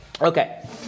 Okay